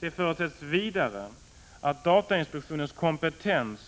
Det förutsätts vidare att datainspektionens kompetens